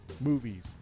movies